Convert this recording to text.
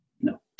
No